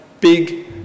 big